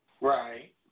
Right